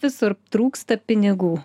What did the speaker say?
visur trūksta pinigų